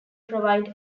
provide